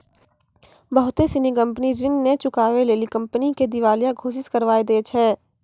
बहुते सिनी कंपनी ऋण नै चुकाबै लेली कंपनी के दिबालिया घोषित करबाय दै छै